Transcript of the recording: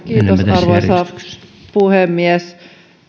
arvoisa puhemies